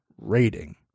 rating